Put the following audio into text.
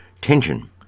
tension